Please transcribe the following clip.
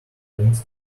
twenty